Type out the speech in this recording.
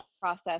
process